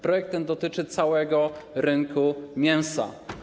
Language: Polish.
Projekt ten dotyczy całego rynku mięsa.